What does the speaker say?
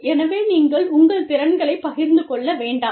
எனவே நீங்கள் உங்கள் திறன்களைப் பகிர்ந்து கொள்ள வேண்டாம்